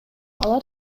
алар